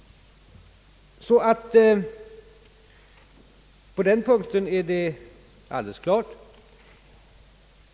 På den punkten är det alldeles klart.